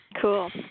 cool